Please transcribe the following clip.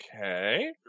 Okay